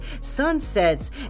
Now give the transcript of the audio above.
Sunsets